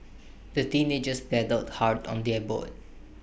the teenagers paddled hard on their boat